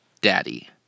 daddy